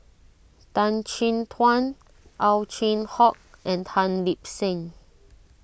Tan Chin Tuan Ow Chin Hock and Tan Lip Seng